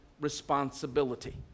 responsibility